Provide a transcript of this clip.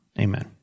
Amen